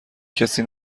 کسی